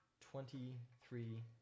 twenty-three